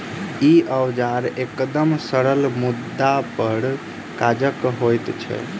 ई औजार एकदम सरल मुदा बड़ काजक होइत छै